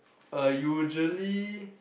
uh usually